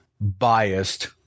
biased